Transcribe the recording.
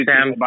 Sam